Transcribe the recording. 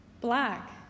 Black